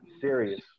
Serious